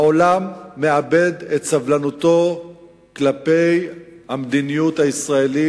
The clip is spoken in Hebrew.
העולם מאבד את סבלנותו כלפי המדיניות הישראלית.